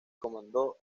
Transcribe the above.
comandó